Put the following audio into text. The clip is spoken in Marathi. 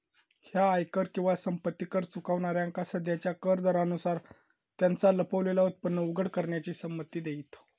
ह्या आयकर किंवा संपत्ती कर चुकवणाऱ्यांका सध्याच्या कर दरांनुसार त्यांचा लपलेला उत्पन्न उघड करण्याची संमती देईत